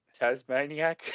Tasmaniac